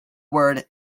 word